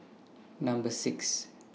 Number six